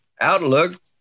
outlook